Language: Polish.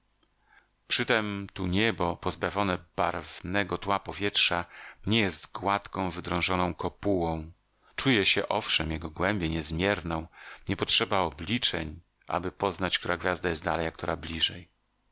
ziemi przytem tu niebo pozbawione barwnego tła powietrza nie jest gładką wydrążoną kopułą czuje się owszem jego głębię niezmierną nie potrzeba obliczeń aby poznać która gwiazda jest dalej a która bliżej